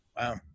Wow